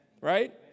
right